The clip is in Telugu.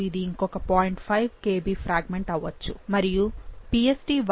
5 Kb ఫ్రాగ్మెంట్ అవ్వొచ్చు మరియు Pst1 యొక్క సింగిల్ డైజెస్ట్ లో ఒక 1